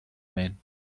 maine